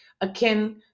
akin